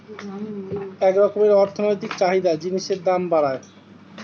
এক রকমের অর্থনৈতিক চাহিদা জিনিসের দাম বাড়ায়